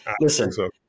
listen